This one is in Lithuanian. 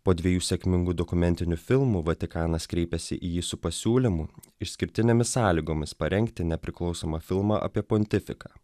po dviejų sėkmingų dokumentinių filmų vatikanas kreipėsi į jį su pasiūlymu išskirtinėmis sąlygomis parengti nepriklausomą filmą apie pontifiką